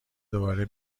دوباره